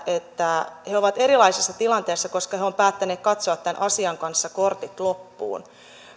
että he he ovat erilaisessa tilanteessa koska he ovat päättäneet katsoa tämän asian kanssa kortit loppuun